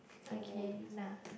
okay nah